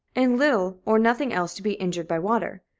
and little or nothing else to be injured by water.